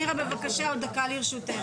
מירה, בבקשה, עוד דקה לרשותך.